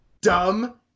dumb